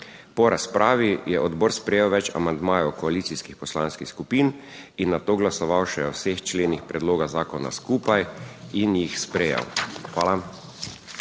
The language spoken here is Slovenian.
Po razpravi je odbor sprejel več amandmajev koalicijskih poslanskih skupin in nato glasoval še o vseh členih predloga zakona skupaj in jih sprejel. Hvala.